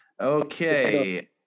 Okay